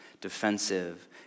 defensive